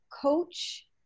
coach